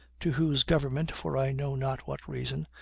to whose government, for i know not what reason,